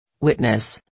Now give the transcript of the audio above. Witness